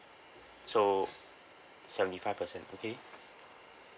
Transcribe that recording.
so seventy five percent okay